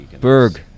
Berg